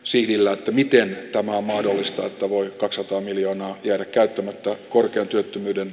siellä atomitien omaa mahdollista tavoittaa sata miljoonaa jää käyttämättä korkean työttömyyden